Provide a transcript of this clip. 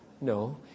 no